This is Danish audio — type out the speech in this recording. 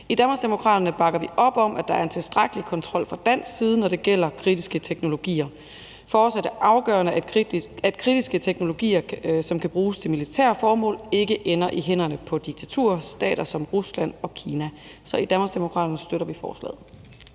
bakker vi op om, at der er en tilstrækkelig kontrol fra dansk side, når det gælder kritiske teknologier. For os er det afgørende, at kritiske teknologier, som kan bruges til militære formål, ikke ender i hænderne på diktaturstater som Rusland og Kina. Så i Danmarksdemokraterne støtter vi forslaget.